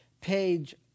page